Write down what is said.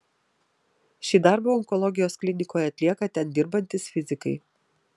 šį darbą onkologijos klinikoje atlieka ten dirbantys fizikai